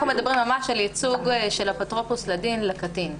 פה אנחנו מדברים ממש על ייצוג של אפוטרופוס לדין לקטין.